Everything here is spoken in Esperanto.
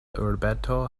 urbeto